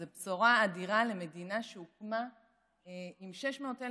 זו בשורה אדירה למדינה, שהוקמה עם 600,000